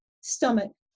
stomach